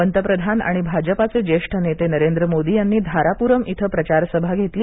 पंतप्रधान आणि भाजपाचे ज्येष्ठ नेते नरेंद्र मोदी यांनी धारापुरम इथं प्रचारसभा घेतली